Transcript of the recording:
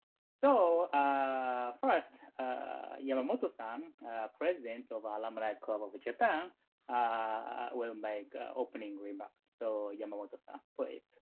so first yamamoto-san president of ah alumni club of japan will make opening remarks. so yamamoto-san please.